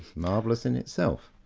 marvellous in itself.